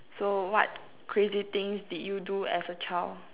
so what crazy things did you do as a child